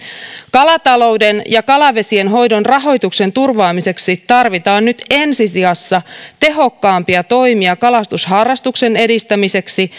kalatalouden ja kalavesien hoidon rahoituksen turvaamiseksi tarvitaan nyt ensisijassa tehokkaampia toimia kalastusharrastuksen edistämiseksi